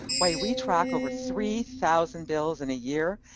why we track over three thousand bills in a year,